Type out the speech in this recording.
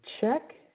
check